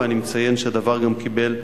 ואני מציין שהדבר גם קיבל,